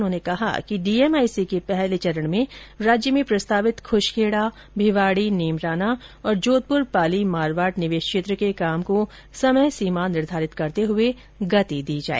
उन्होंने कहा कि डीएमआईसी के पहले चरण में राज्य में प्रस्तावित खुशखेड़ा भिवाड़ी नीमराना तथा जोधपुर पाली मारवाड़ निवेश क्षेत्र के काम को समय सीमा निर्धारित करते हुए गति दी जाए